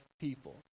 people